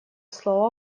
слово